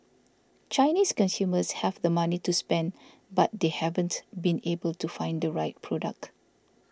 Chinese consumers have the money to spend but they haven't been able to find the right product